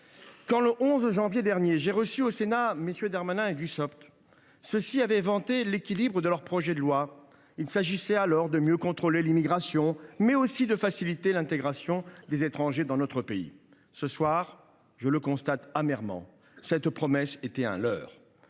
Quand, le 11 janvier dernier, j’ai reçu au Sénat MM. Darmanin et Dussopt, ceux ci avaient vanté l’équilibre de leur projet de loi. Il s’agissait alors de mieux contrôler l’immigration, mais aussi de faciliter l’intégration des étrangers dans notre pays. Ce soir, je constate amèrement que cette promesse était un leurre.